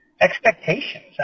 expectations